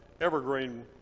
evergreen